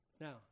Now